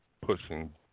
pushing